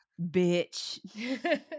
Bitch